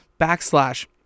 backslash